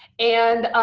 and